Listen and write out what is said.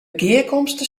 gearkomste